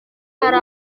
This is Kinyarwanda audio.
hari